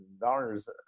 dollars